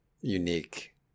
unique